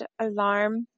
alarm